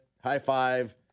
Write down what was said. high-five